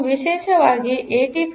ಇದು ವಿಶೇಷವಾಗಿದೆ 8051